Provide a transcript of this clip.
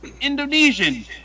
Indonesian